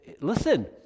listen